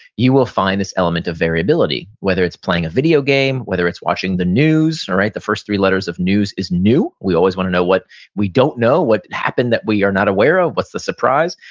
you will find this element of variability. whether it's playing a video game, whether it's watching the news and the first three letters of news is new. we always want to know what we don't know, what happened that we are not aware of, what's the surprise.